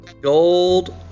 Gold